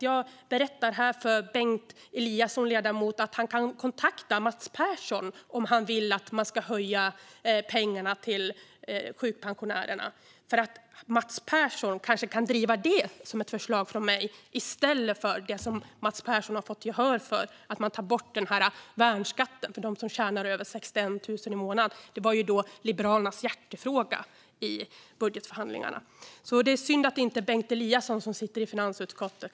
Jag berättar därför här för ledamoten Bengt Eliasson att han kan kontakta Mats Persson om han vill att sjukpensionärerna ska få mer pengar. Mats Persson kanske kan driva det som ett förslag från mig i stället för det som han har fått gehör för, att ta bort värnskatten för dem som tjänar över 61 000 i månaden. Det var ju Liberalernas hjärtefråga i budgetförhandlingarna. Det kanske är synd att det inte är Bengt Eliasson som sitter i finansutskottet.